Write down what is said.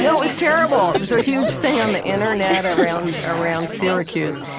yeah it was terrible. it was a huge thing on the internet around yeah around syracuse,